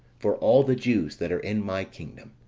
for all the jews that are in my kingdom